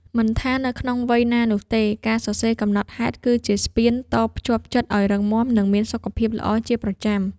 មិនថានៅក្នុងវ័យណានោះទេ ការសរសេរកំណត់ហេតុគឺជាស្ពានតភ្ជាប់ចិត្តឱ្យរឹងមាំ និងមានសុខភាពល្អជាប្រចាំ។